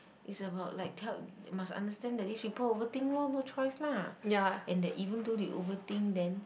it's about like tell must understand that this people overthink lor no choice lah and that even though they overthink then